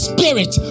Spirit